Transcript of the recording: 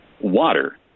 water